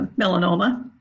melanoma